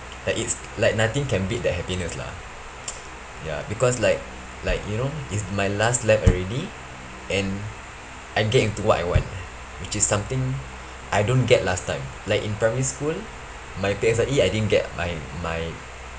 like it's like nothing can beat that happiness lah ya because like like you know is my last lap already and I get into what I want which is something I don't get last time like in primary school my P_S_L_E I didn't get my my